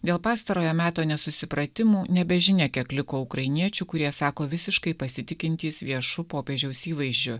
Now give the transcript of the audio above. dėl pastarojo meto nesusipratimų nebe žinia kiek liko ukrainiečių kurie sako visiškai pasitikintys viešu popiežiaus įvaizdžiu